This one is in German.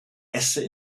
esse